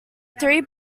three